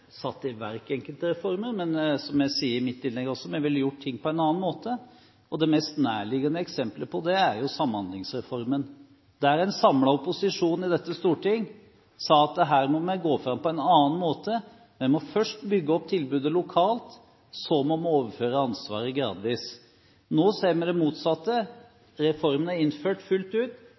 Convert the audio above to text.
satt i verk enkelte reformer, men som jeg sa i mitt innlegg, ville vi ha gjort ting på en annen måte. Det mest nærliggende eksemplet på det er Samhandlingsreformen; en samlet opposisjon i dette storting sa at her må vi gå fram på en annen måte. Vi må først bygge opp tilbudet lokalt, så må vi gradvis overføre ansvaret. Nå ser vi det motsatte. Reformen er innført fullt ut.